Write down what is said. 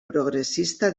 progressista